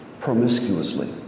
promiscuously